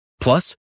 Plus